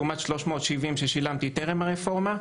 לעומת 370 שקלים ששילמתי טרם הרפורמה.